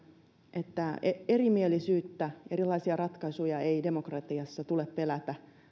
että erimielisyyttä erilaisia ratkaisuja ei demokratiassa tule pelätä